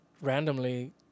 randomly